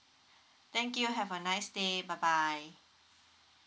thank you have a nice day bye bye